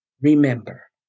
Remember